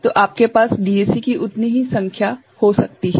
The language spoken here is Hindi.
तो आपके पास डीएसी की उतनी ही संख्या हो सकती है